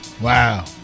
Wow